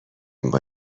این